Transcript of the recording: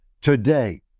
Today